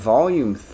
Volume